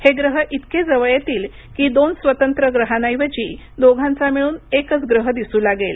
हे ग्रह इतके जवळ येतील की दोन स्वतंत्र ग्रहांऐवजी दोघांचा मिळून एकच ग्रह दिसू लागेल